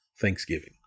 Thanksgiving